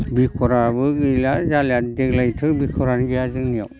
दैखराबो गैला जालिया देग्लायथ' दैखरानो गैया जोंनियाव